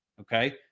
okay